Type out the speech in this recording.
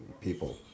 people